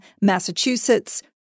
Massachusetts